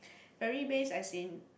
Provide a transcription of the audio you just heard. family base as in